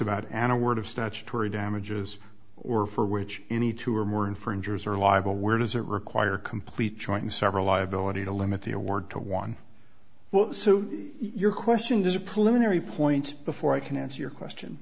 about an award of statutory damages or for which any two or more infringers are liable where does it require complete joint several liability to limit the award to one well so your question disciplinary point before i can answer your question